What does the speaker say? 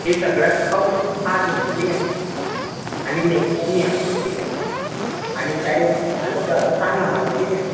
हे सगळं खाऊ शक खा तुम्ही ठीक आहे आणि नेक्स्ट टाइम या ठीक आहे आणि काय झालं तर असं सांगा मला ठीक आहे